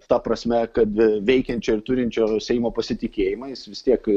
ta prasme kad veikiančio ir turinčio seimo pasitikėjimą jis vis tiek